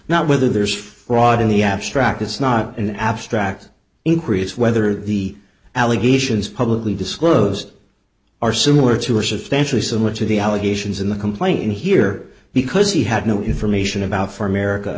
not whether there's fraud in the abstract it's not an abstract increase whether the allegations publicly disclosed are similar to or substantially so much of the allegations in the complaint here because he had no information about for america